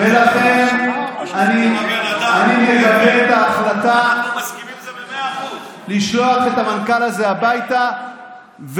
ולכן אני מגבה את ההחלטה לשלוח את המנכ"ל הזה הביתה,